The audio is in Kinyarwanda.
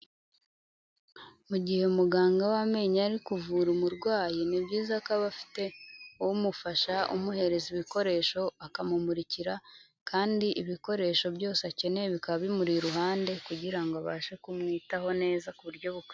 Mu gihe muganga w'amenyo ari kuvura umurwayi ni byiza ko aba afite, umufasha umuhereza ibikoresho akamumurikira, kandi ibikoresho byose akeneye bikaba bimuri iruhande, kugira ngo abashe kumwitaho neza ku buryo bu.